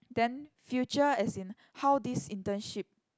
then future as in how this internship